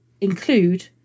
include